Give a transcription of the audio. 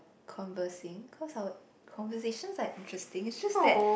conversing cause our conversations are interesting it's just that